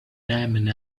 damned